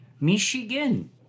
Michigan